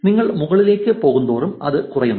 നിങ്ങൾ മുകളിലേക്ക് പോകുന്തോറും അത് കുറയുന്നു